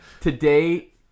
Today